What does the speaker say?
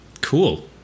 cool